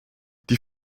die